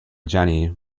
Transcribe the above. jenny